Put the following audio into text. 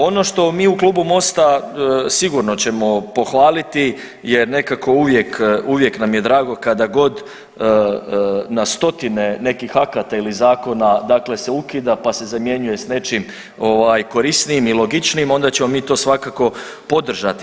Ono što mi u klubu Mosta sigurno ćemo pohvaliti je nekako uvijek nam je drago kada god na stotine neki akata ili zakona se ukida pa se zamjenjuje s nečim korisnijim i logičnijim onda ćemo mi to svakako podržati.